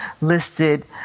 listed